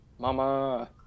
Mama